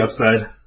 upside